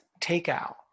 takeout